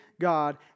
God